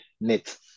net